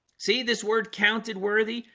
see this word counted worthy.